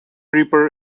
reaper